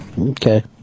Okay